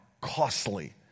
costly